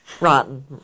Rotten